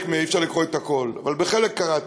אי-אפשר לקרוא את הכול אבל חלק קראתי,